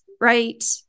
right